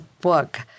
book